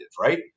right